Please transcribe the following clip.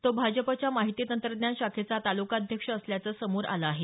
तो भाजपच्या माहिती तंत्रज्ञान शाखेचा तालुका अध्यक्ष असल्याचं समोर आलं आहे